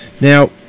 Now